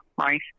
right